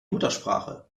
muttersprache